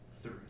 three